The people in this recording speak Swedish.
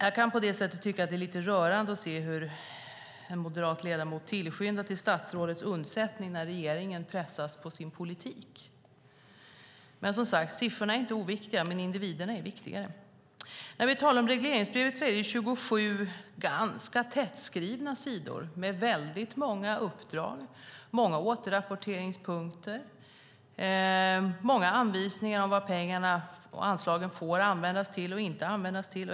Jag kan tycka att det är lite rörande att se hur en moderat ledamot skyndar till statsrådets undsättning när regeringen pressas på sin politik. Siffrorna är inte oviktiga, men individerna är viktigare. Regleringsbrevet består av 27 ganska tättskrivna sidor med många uppdrag, återrapporteringspunkter, många anvisningar om vad pengarna och anslagen får användas till och inte användas till.